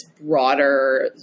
broader